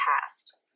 past